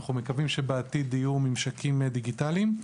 אנחנו מקווים שבעתיד יהיו ממשקים דיגיטליים.